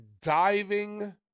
diving